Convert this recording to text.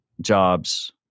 jobs